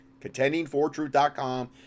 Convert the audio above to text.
contendingfortruth.com